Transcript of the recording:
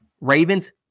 Ravens